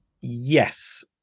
Yes